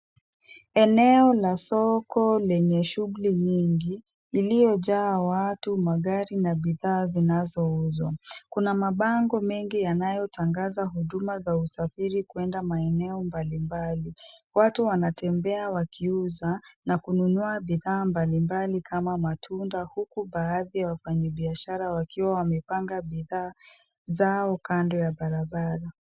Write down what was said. Eneo la soko lenye shughuli nyingi, liliyojaa watu, magari, na bidhaa zinazouzwa. Kuna mabango mengi yanayotangaza huduma za usafiri kwenda maeneo mbalimbali. Watu wanatembea wakiuza, na kununua bidhaa mbalimbali kama matunda huku baadhi ya wafanyabiashara wakiwa wamepanga bidhaa zao kando ya barabara.